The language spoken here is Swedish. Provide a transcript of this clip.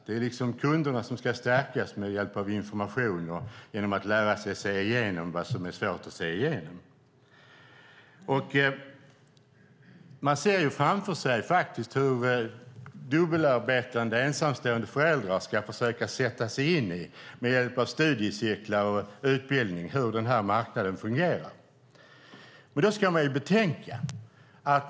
Det är kunderna som ska stärkas med hjälp av information och lära sig se igenom vad som är svårt att se igenom. Man ser framför sig hur dubbelarbetande ensamstående föräldrar med hjälp av studiecirklar och utbildning ska försöka sätta sig in i hur den här marknaden fungerar.